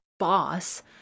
Boss